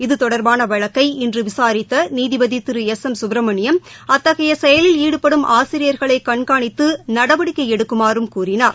இது தொடா்பானவழக்கை இன்றுவிசாரித்தநீதிபதிரு எஸ் எம் சுப்ரமணியம் அத்தகையசெயலில் ஈடுபடும் ஆசிரியர்களைகண்காணித்துநடவடிக்கைஎடுக்குமாறும் கூறினார்